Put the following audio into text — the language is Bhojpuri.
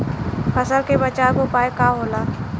फसल के बचाव के उपाय का होला?